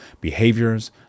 behaviors